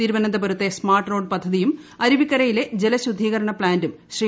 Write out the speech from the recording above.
തിരുവനന്തപുരത്തെ smart road പദ്ധതിയും അരുവിക്കരയിലെ ജലശുദ്ധീകരണ പ്ലാന്റും ശ്രീ